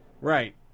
Right